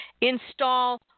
Install